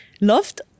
loved